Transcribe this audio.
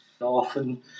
often